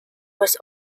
was